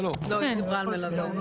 לא למלווה אלא אנחנו מתייחסים לאיש הצוות.